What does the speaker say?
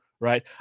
Right